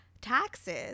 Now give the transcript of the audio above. taxes